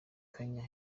kanya